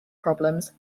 problems